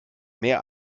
mehr